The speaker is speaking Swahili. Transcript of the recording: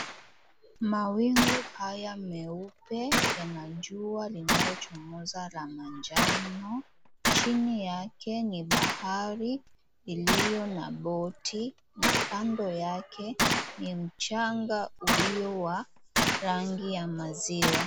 Mawingu haya meupe yana jua linalo chomoza la manjano. Chini yake ni bahari iliyo na boti na kando yake ni mchanga ulio wa rangi ya maziwa.